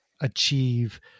achieve